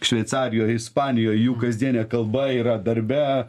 šveicarijoj ispanijoj jų kasdienė kalba yra darbe